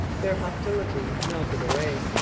their hostility melted away.